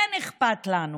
כן אכפת לנו.